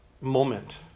moment